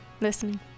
listening